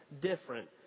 different